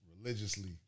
Religiously